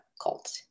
cult